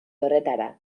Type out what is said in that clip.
horretara